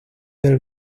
del